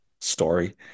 story